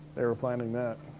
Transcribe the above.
they were planning that.